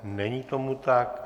Není tomu tak.